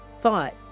thought